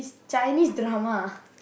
Chinese drama